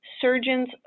surgeons